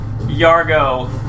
Yargo